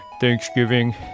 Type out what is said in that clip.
Thanksgiving